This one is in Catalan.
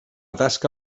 tasca